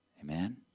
Amen